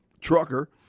trucker